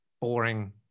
boring